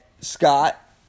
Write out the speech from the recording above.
Scott